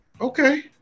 Okay